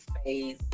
space